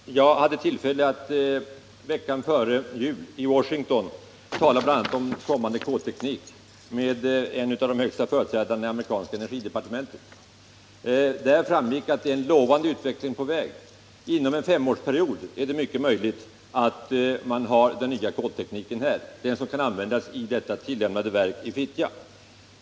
Herr talman! Jag hade tillfälle att veckan före jul i Washington tala om bl.a. kommande kolteknik med en av de högsta företrädarna för det amerikanska energidepartementet. Därvid framgick att en lovande utveckling är på väg, och det är mycket möjligt att man inom en femårsperiod har den nya koltekniken här, som då kan användas även i det tillämnade kraftvärmeverket i Fittja.